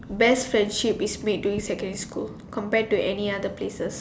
best friendship is made during secondary school compared to any other places